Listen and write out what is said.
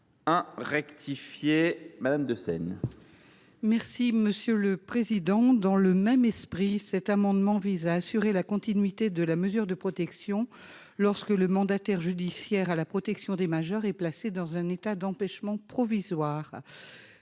présenter l’amendement n° 1 rectifié. Dans le même esprit, cet amendement vise à assurer la continuité de la mesure de protection lorsque le mandataire judiciaire à la protection des majeurs est placé dans un état d’empêchement provisoire.